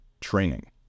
training